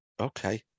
Okay